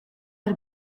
per